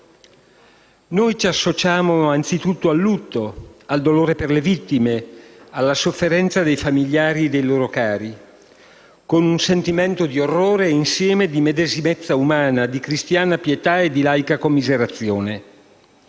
Noi ci associamo anzitutto al lutto, al dolore per le vittime, alla sofferenza dei famigliari e dei loro cari, con un sentimento di orrore e insieme di medesimezza umana, di cristiana pietà e di laica commiserazione